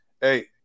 hey